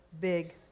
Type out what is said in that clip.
big